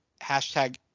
hashtag